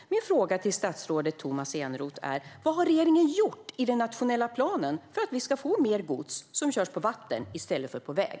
Min fråga till statsrådet Tomas Eneroth är följande. Vad har regeringen gjort i den nationella planen för att mer gods ska köras på vatten i stället för på väg?